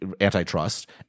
antitrust